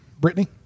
Brittany